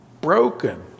broken